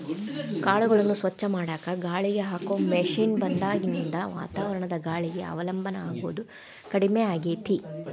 ಕಾಳುಗಳನ್ನ ಸ್ವಚ್ಛ ಮಾಡಾಕ ಗಾಳಿಗೆ ಹಾಕೋ ಮಷೇನ್ ಬಂದಾಗಿನಿಂದ ವಾತಾವರಣದ ಗಾಳಿಗೆ ಅವಲಂಬನ ಆಗೋದು ಕಡಿಮೆ ಆಗೇತಿ